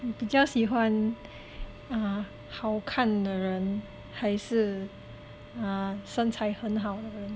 你比较喜欢啊好看的人还是啊身材很好的人